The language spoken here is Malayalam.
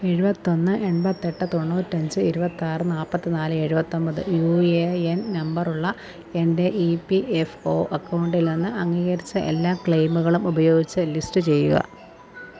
എഴുപത്തൊന്ന് എൺപത്തി എട്ട് തൊണ്ണൂറ്റഞ്ച് ഇരുപത്താറ് നാൽപ്പത്തി നാല് എഴുപത്തി ഒൻപത് യൂ ഏ എൻ നമ്പറുള്ള എന്റെ ഈ പി എഫ് ഒ അക്കൗണ്ടിൽ നിന്ന് അംഗീകരിച്ച എല്ലാ ക്ലെയിമുകളും ഉപയോഗിച്ച് ലിസ്റ്റ് ചെയ്യുക